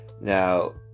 now